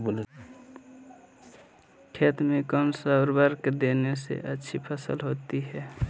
खेत में कौन सा उर्वरक देने से अच्छी फसल होती है?